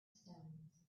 stones